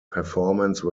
performance